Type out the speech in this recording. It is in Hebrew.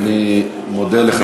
אני מודה לך,